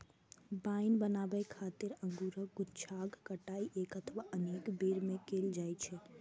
wine बनाबै खातिर अंगूरक गुच्छाक कटाइ एक अथवा अनेक बेर मे कैल जाइ छै